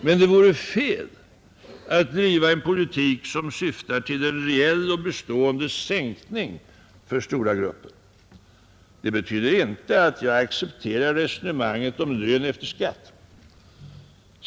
Men det vore fel att driva en politik som syftar till en reell och bestående sänkning för stora grupper. Detta betyder inte att jag accepterar resonemanget om ”lön efter skatt”.